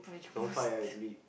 don't fight ah re~